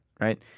right